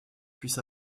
puisse